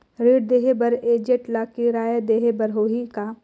ऋण देहे बर एजेंट ला किराया देही बर होही का?